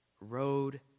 road